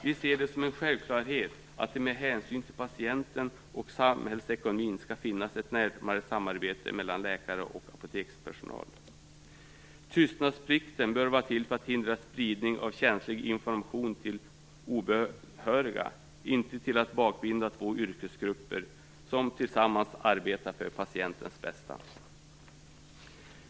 Vi ser det som en självklarhet att det med hänsyn till patienten och samhällsekonomin skall finnas ett närmare samarbete mellan läkare och apotekspersonal. Tystnadsplikten bör vara till för att hindra spridning av känslig information till obehöriga, inte till att bakbinda två yrkesgrupper som tillsammans arbetar för patientens bästa.